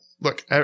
look